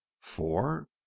four